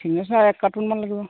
signature এক কাৰ্টুনমান লাগিব